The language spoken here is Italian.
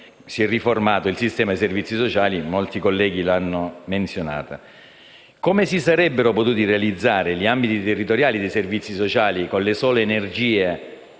si è riformato il sistema dei servizi sociali, da molti colleghi menzionato. Come si sarebbero potuti realizzare gli ambiti territoriali dei servizi sociali con le sole energie